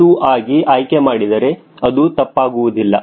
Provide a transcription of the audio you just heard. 2 ಆಗಿ ಆಯ್ಕೆ ಮಾಡಿದರೆ ಅದು ತಪ್ಪಾಗುವುದಿಲ್ಲ